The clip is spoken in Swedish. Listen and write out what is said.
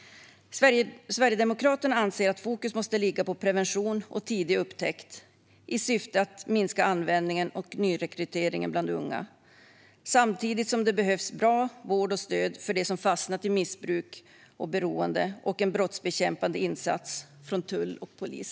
Sverigedemokraterna anser att fokus måste ligga på prevention och tidig upptäckt i syfte att minska användningen och nyrekryteringen bland unga, samtidigt som det behövs bra vård och stöd för dem som fastnat i missbruk och beroende samt en brottsbekämpande insats från tull och polis.